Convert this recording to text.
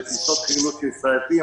בטיסות חילוץ של ישראלים,